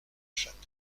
château